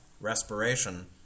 respiration